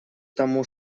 тому